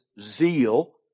zeal